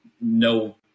no